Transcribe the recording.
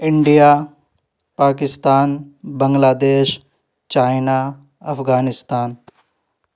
India Pakistan Bangladesh China Afghanistan